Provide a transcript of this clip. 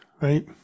right